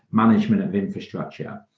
management of infrastructure.